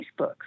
Facebook